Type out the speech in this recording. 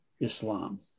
Islam